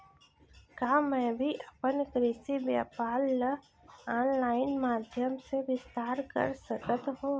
का मैं भी अपन कृषि व्यापार ल ऑनलाइन माधयम से विस्तार कर सकत हो?